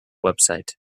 website